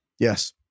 Yes